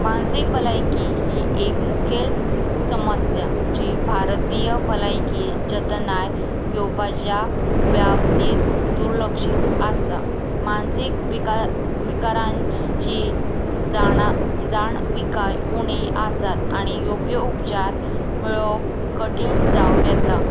मानसीक भलायकी ही एक मुखेल समस्या जी भारतीय भलायकी जतनाय घेवपाच्या व्यापतींत दुर्लक्षीत आसा मानसीक विका विकारांची जाणा जाणविकाय उणी आसात आनी योग्य उपचार मेळप कठीण जावं येता